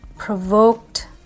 provoked